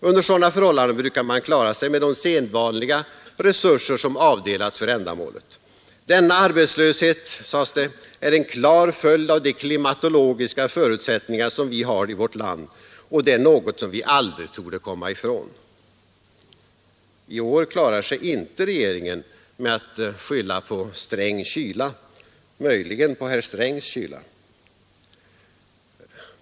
Under sådana förhållanden brukar man klara sig med de sedvanliga resurser som avdelats för ändamålet. Denna arbetslöshet är en klar följd av de klimatologiska förutsättningar som vi har i vårt land och det är något som vi aldrig torde kunna komma ifrån.” I år klarar sig inte regeringen med att skylla på sträng kyla, möjligen på herr Strängs kyla.